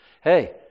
Hey